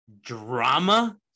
drama